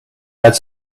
had